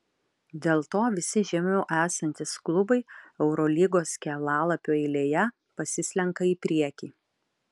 dėl to visi žemiau esantys klubai eurolygos kelialapių eilėje pasislenka į priekį